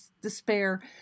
despair